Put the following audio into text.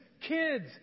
Kids